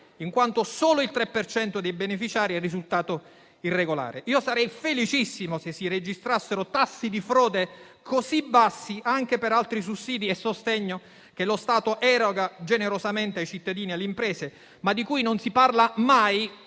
in quanto solo il 3 per cento dei beneficiari è risultato irregolare. Sarei felicissimo, se si registrassero tassi di frode così bassi anche per altri sussidi e sostegni che lo Stato eroga generosamente ai cittadini e alle imprese, ma di cui non si parla mai,